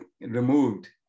removed